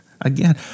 again